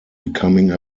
becoming